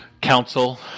council